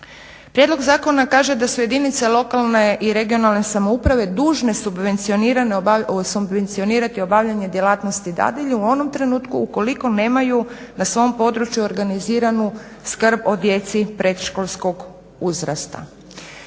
prijedlog zakona kaže da su jedinice lokalne i regionalne samouprave dužne subvencionirati obavljanje djelatnosti dadilje u onom trenutku u koliko nemaju na svom području organiziranu skrb o djeci predškolskog uzrasta.